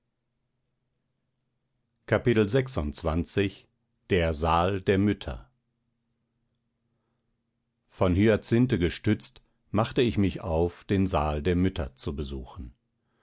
von hyacinthe gestützt machte ich mich auf den saal der mütter zu besuchen